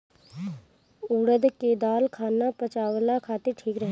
उड़द के दाल खाना पचावला खातिर ठीक रहेला